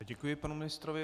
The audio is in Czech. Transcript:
Děkuji panu ministrovi.